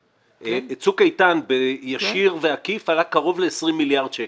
צוק איתן ישיר ועקיף עלה קרוב ל-20 מיליארד שקלים.